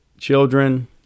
children